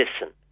listen